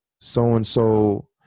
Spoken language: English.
So-and-so